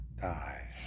die